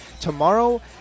tomorrow